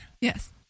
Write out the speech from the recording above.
Yes